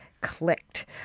clicked